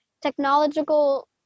technological